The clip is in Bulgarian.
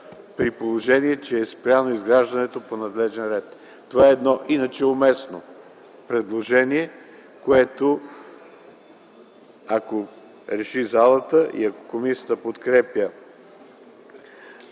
при положение, че е спряно изграждането по надлежен ред. Това е едно иначе уместно предложение, което, ако залата реши и ако комисията подкрепя